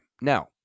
now